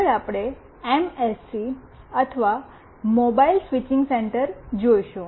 આગળ આપણે આ એમએસસી અથવા મોબાઇલ સ્વિચિંગ સેન્ટર જોઈશું